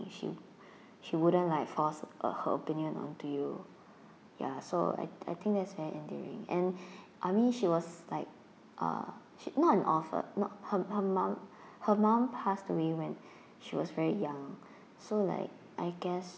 she she wouldn't like force uh her opinion onto you ya so I I think that's very endearing and I mean she was like uh s~ not an orpha~ her her mum her mum passed away when she was very young so like I guess